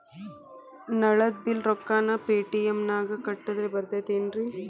ನಳದ್ ಬಿಲ್ ರೊಕ್ಕನಾ ಪೇಟಿಎಂ ನಾಗ ಕಟ್ಟದ್ರೆ ಬರ್ತಾದೇನ್ರಿ?